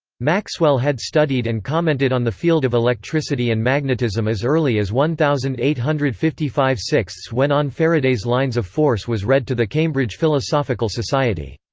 maxwell had studied and commented on the field of electricity and magnetism as early as one thousand eight hundred and fifty five six when on faraday's lines of force was read to the cambridge philosophical society.